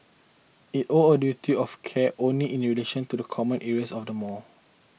it owed a duty of care only in relation to the common areas of the mall